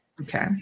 Okay